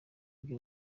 ibyo